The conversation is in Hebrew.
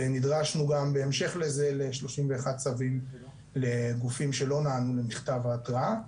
ונדרשנו גם בהמשך לזה לשלושים ואחד צווים לגופים שלא נענו למכתב ההתראה.